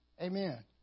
amen